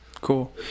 Cool